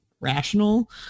rational